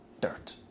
Dirt